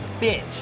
bitch